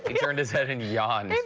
he turned his head and yawned.